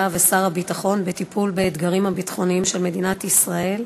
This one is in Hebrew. ושר הביטחון בטיפול באתגרים הביטחוניים של מדינת ישראל,